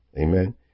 Amen